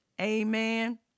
Amen